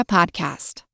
Podcast